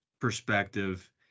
perspective